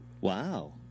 Wow